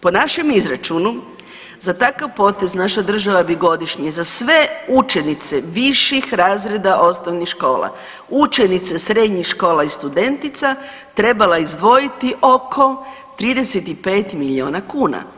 Po našem izračunu za takav potez naša država bi godišnje za sve učenice viših razreda osnovnih škola, učenice srednjih škola i studentica trebala izdvojiti oko 35 milijuna kuna.